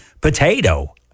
potato